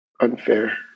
unfair